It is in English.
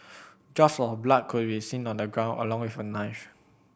drops of blood could be seen on the ground along with a knife